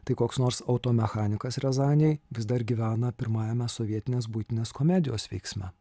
tai koks nors automechanikas riazanėj vis dar gyvena pirmajame sovietinės buitinės komedijos veiksme